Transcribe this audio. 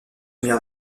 mirent